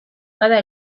cada